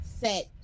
set